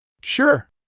Sure